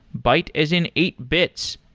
byte as in eight bytes.